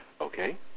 Okay